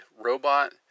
robot